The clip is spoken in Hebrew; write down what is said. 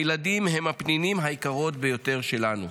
הילדים הם הפנינים היקרות ביותר שלנו.